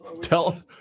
Tell